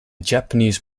japanese